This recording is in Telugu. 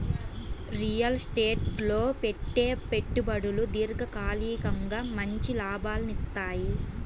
రియల్ ఎస్టేట్ లో పెట్టే పెట్టుబడులు దీర్ఘకాలికంగా మంచి లాభాలనిత్తయ్యి